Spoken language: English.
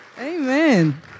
Amen